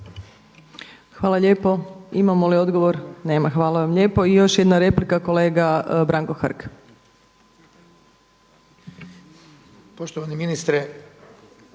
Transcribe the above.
Hvala lijepo. Imamo li odgovor? Nema. Hvala vam lijepo. I još jedna replika kolega Branko Hrg.